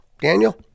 Daniel